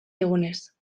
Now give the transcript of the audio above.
digunez